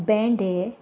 भेंडे